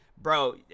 bro